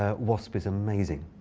ah wasp is amazing.